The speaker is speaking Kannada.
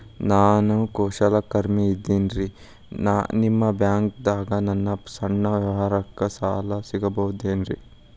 ನಾ ಕುಶಲಕರ್ಮಿ ಇದ್ದೇನ್ರಿ ನಿಮ್ಮ ಬ್ಯಾಂಕ್ ದಾಗ ನನ್ನ ಸಣ್ಣ ವ್ಯವಹಾರಕ್ಕ ಸಾಲ ಸಿಗಬಹುದೇನ್ರಿ?